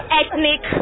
ethnic